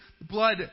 blood